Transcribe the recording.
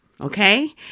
Okay